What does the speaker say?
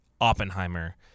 Oppenheimer